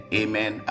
amen